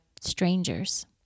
strangers